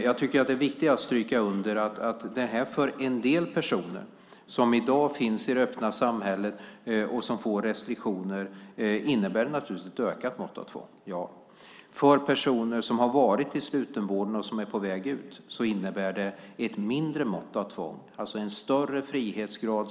Jag tycker att det är viktigt att stryka under att det för en del personer som i dag finns i det öppna samhället och som får restriktioner naturligtvis innebär ett ökat mått av tvång - ja. För personer som har varit i slutenvården och som är på väg ut innebär det ett mindre mått av tvång, alltså en större frihetsgrad.